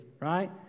right